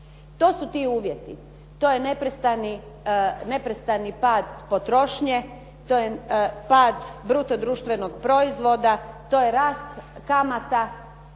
To su ti uvjeti. To je neprestani pad potrošnje, to je pad bruto društvenog proizvoda, to je rast kamata,